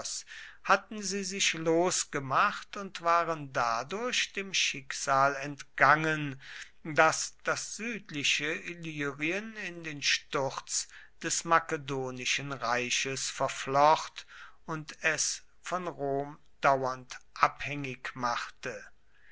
hatten sie sich losgemacht und waren dadurch dem schicksal entgangen das das südliche illyrien in den sturz des makedonischen reiches verflocht und es von rom dauernd abhängig machte